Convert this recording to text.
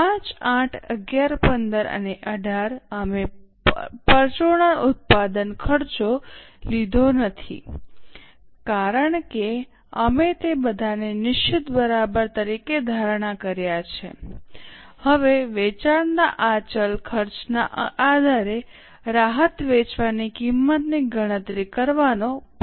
5 8 11 15 અને 18 અમે પરચુરણ ઉત્પાદન ખર્ચો લીધો નથી કારણ કે અમે તે બધાને નિશ્ચિત બરાબર તરીકે ધારણ કર્યા છે હવે વેચાણના આ ચલ ખર્ચના આધારે રાહત વેચવાની કિંમતની ગણતરી કરવાનો પ્રયાસ કરો